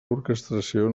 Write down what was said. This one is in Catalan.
orquestració